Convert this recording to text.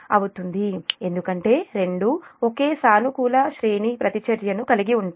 092 ఎందుకంటే రెండూ ఒకే సానుకూల శ్రేణి ప్రతిచర్యను కలిగి ఉంటాయి